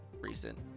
recent